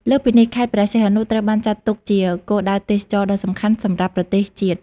លើសពីនេះ ខេត្តព្រះសីហនុត្រូវបានចាត់ទុកជា គោលដៅទេសចរណ៍ដ៏សំខាន់ សម្រាប់ប្រទេសជាតិ។